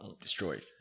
destroyed